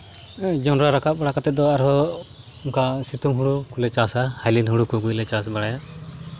ᱡᱚᱸᱰᱨᱟ ᱨᱟᱠᱟᱵ ᱵᱟᱲᱟ ᱠᱟᱛᱮᱫ ᱫᱚ ᱟᱨᱦᱚᱸ ᱚᱱᱠᱟ ᱥᱤᱛᱩᱝ ᱦᱩᱲᱩ ᱠᱚᱞᱮ ᱪᱟᱥᱟ ᱦᱟᱭᱞᱤᱱ ᱦᱩᱲᱩ ᱠᱚᱜᱮᱞᱮ ᱪᱟᱥ ᱵᱟᱲᱟᱭᱟ